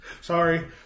Sorry